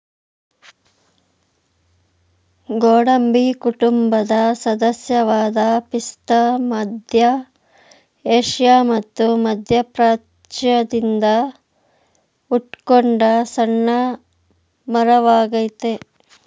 ಗೋಡಂಬಿ ಕುಟುಂಬದ ಸದಸ್ಯವಾದ ಪಿಸ್ತಾ ಮಧ್ಯ ಏಷ್ಯಾ ಮತ್ತು ಮಧ್ಯಪ್ರಾಚ್ಯದಿಂದ ಹುಟ್ಕೊಂಡ ಸಣ್ಣ ಮರವಾಗಯ್ತೆ